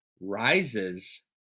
rises